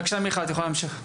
בבקשה מיכל, את יכולה להמשיך.